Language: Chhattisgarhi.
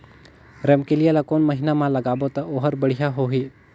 रमकेलिया ला कोन महीना मा लगाबो ता ओहार बेडिया होही?